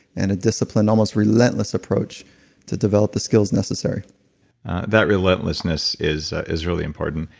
and a disciplined, almost relentless approach to develop the skills necessary that relentlessness is is really important.